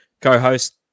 co-host